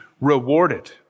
rewarded